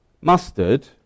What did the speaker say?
Mustard